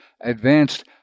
advanced